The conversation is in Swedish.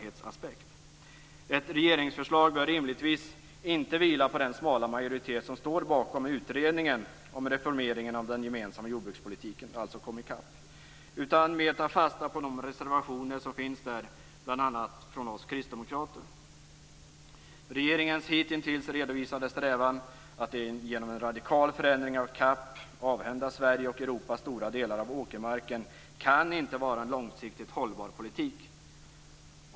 Ett regeringsförslag bör rimligtvis inte vila på den smala majoritet som står bakom utredningen om reformeringen av den gemensamma jordbrukspolitiken, dvs. Komicap, utan mer ta fasta på de reservationer som finns bl.a. från oss kristdemokrater. Regeringens hittills redovisade strävan att genom en radikal förändring av CAP avhända Sverige och Europa stora delar av åkermarken kan inte vara en långsiktigt hållbar politik.